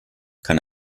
kann